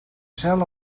cel